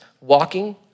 walking